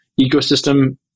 ecosystem